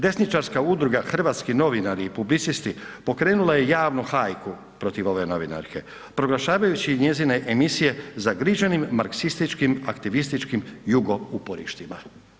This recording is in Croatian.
Desničarska udruga „Hrvatski novinari i publicisti“ pokrenula je javnu hajku protiv ove novinarke proglašavajući njezine emisije zagriženim marksističkim, aktivističkim jugo uporištima.